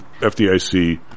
FDIC